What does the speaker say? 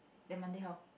then Monday how